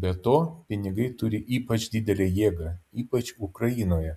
be to pinigai turi ypač didelę jėgą ypač ukrainoje